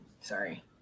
sorry